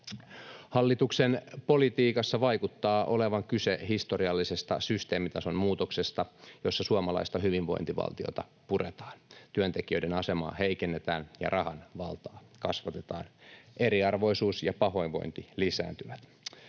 Hallituksen politiikassa vaikuttaa olevan kyse historiallisesta systeemitason muutoksesta, jossa suomalaista hyvinvointivaltiota puretaan, työntekijöiden asemaa heikennetään ja rahan valtaa kasvatetaan. Eriarvoisuus ja pahoinvointi lisääntyvät.